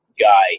Guy